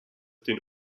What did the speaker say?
den